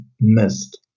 missed